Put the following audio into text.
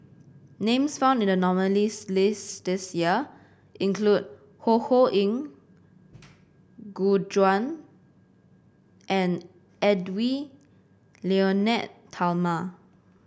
names found in the nominees' list this year include Ho Ho Ying Gu Juan and Edwy Lyonet Talma